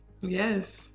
Yes